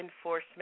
Enforcement